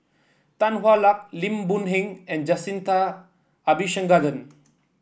Tan Hwa Luck Lim Boon Heng and Jacintha Abisheganaden